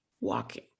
walking